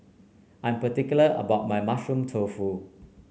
I'm particular about my Mushroom Tofu